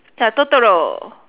ya totoro